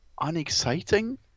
unexciting